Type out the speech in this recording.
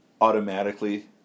automatically